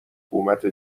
حکومت